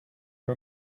her